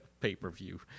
pay-per-view